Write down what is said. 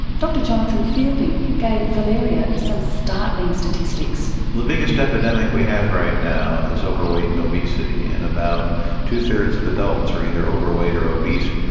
dr jonathan fielding gave valeria some startling statistics. the biggest epidemic we have right now is overweight and obesity, and about two thirds of adults are either overweight or obese,